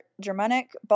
Germanic